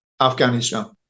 Afghanistan